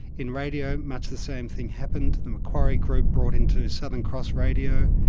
in radio, much the same thing happened, the macquarie group bought into southern cross radio,